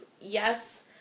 yes